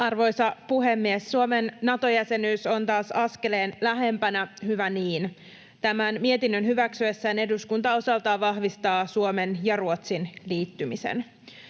Arvoisa puhemies! Suomen Nato-jäsenyys on taas askeleen lähempänä, hyvä niin. Tämän mietinnön hyväksyessään eduskunta osaltaan vahvistaa Suomen ja Ruotsin liittymisen.